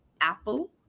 Apple